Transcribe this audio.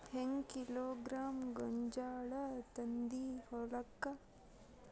ಹೆಂಗ್ ಕಿಲೋಗ್ರಾಂ ಗೋಂಜಾಳ ತಂದಿ ಹೊಲಕ್ಕ?